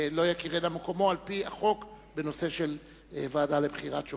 שלא יכירנה מקומה על-פי החוק בנושא של ועדה לבחירה שופטים.